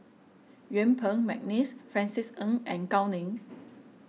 Yuen Peng McNeice Francis Ng and Gao Ning